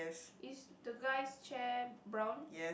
is the guy's chair brown